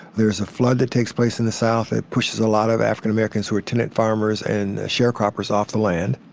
there is a flood that takes place in the south. it pushes a lot of african-americans who are tenant farmers and sharecroppers off the land.